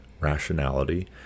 rationality